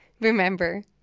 remember